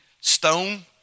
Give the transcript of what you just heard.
stone